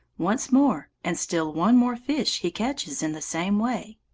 once more, and still one more fish he catches in the same way.